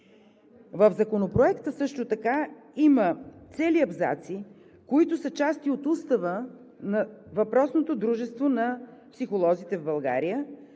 В Законопроекта също така има цели абзаци, които са части от Устава на въпросното Дружество на психолозите в България,